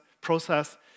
process